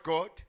God